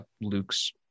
Luke's